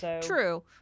True